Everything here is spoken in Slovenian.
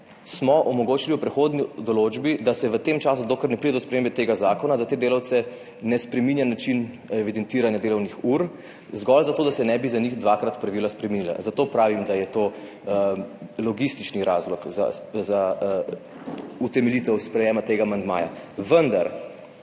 smo v prehodni določbi omogočili, da se v tem času, dokler ne pride do spremembe tega zakona, za te delavce ne spreminja način evidentiranja delovnih ur zgolj zato, da se za njih ne bi dvakrat spremenila pravila, zato pravim, da je to logistični razlog za utemeljitev sprejetja tega amandmaja.